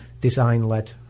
design-led